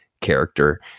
character